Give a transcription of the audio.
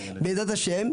בעזרת השם,